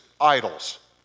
idols